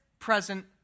present